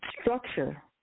structure